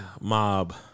Mob